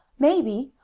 maybe.